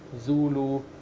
Zulu